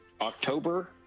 October